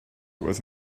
was